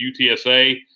UTSA